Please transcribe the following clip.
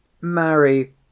Marry